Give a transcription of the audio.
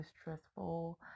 stressful